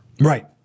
Right